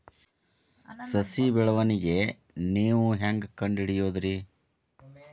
ಸಸಿ ಬೆಳವಣಿಗೆ ನೇವು ಹ್ಯಾಂಗ ಕಂಡುಹಿಡಿಯೋದರಿ?